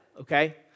okay